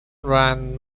ran